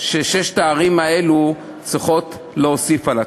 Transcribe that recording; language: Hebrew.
ששש הערים האלה צריכות להוסיף על עצמן.